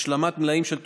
השלמת מלאים של תרופות,